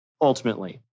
ultimately